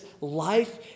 life